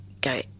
go